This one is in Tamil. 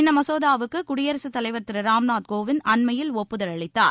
இந்த மசோதாவுக்கு குடியரசுத்தலைவர் திரு ராம்நாத் கோவிந்த் அண்மையில் ஒப்புதல் அளித்தார்